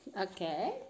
Okay